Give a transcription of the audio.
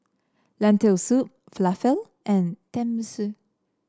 Lentil Soup Falafel and Tenmusu